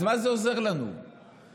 אז מה זה עוזר לנו שהציבור,